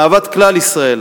אהבת כלל ישראל,